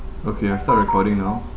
okay I start recording now